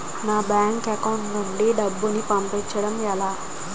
నా bank account నుంచి డబ్బును పంపించడం ఎలా?